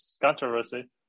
controversy